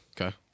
Okay